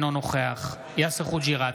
אינו נוכח יאסר חוג'יראת,